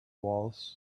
walls